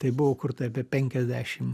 tai buvo kurtai apie penkiasdešim